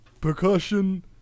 percussion